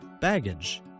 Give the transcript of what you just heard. baggage